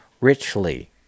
richly